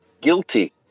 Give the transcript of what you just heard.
Guilty